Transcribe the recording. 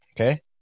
Okay